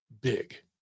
big